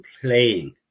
playing